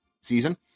season